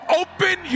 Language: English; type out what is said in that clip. open